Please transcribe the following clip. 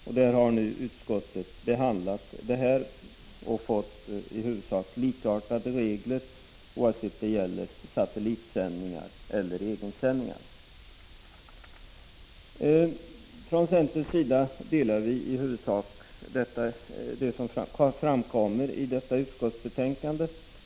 Utskottet har nu behandlat den frågan och fått fram i huvudsak likartade regler, oavsett om det gäller satellitsändningar eller egensändningar. Från centerpartiets sida delar vi i huvudsak uppfattningarna som framkommer i detta utskottsbetänkande.